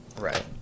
Right